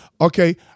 Okay